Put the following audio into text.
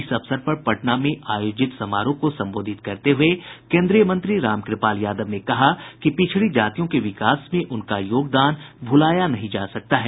इस अवसर पर पटना में आयोजित समारोह को संबोधित करते हुए केन्द्रीय मंत्री रामकृपाल यादव ने कहा कि पिछड़ी जातियों के विकास में उनका योगदान भूलाया नहीं जा सकता है